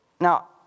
Now